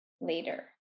later